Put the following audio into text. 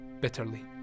bitterly